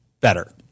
better